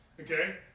Okay